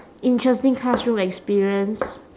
interesting classroom experience